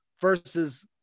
versus